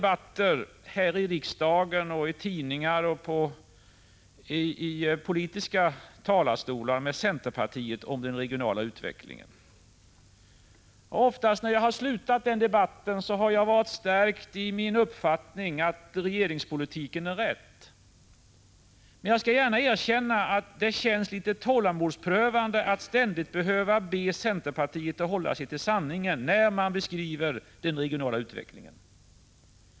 1985/86:148 tidningar och från talarstolar i politiska sammanhang haft många debatter 22 maj 1986 med centerpartiet om den regionala utvecklingen. Oftast när jag har avslutat dessa debatter har jag varit stärkt i min uppfattning att regeringspolitiken är rätt. Men jag skall gärna erkänna att det är litet tålamodsprövande att ständigt behöva be centerpartisterna hålla sig till sanningen då de beskriver den regionala utvecklingen.